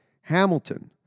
Hamilton